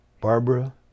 Barbara